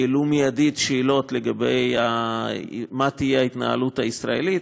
העלתה מיידית שאלות לגבי ההתנהלות הישראלית,